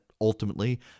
Ultimately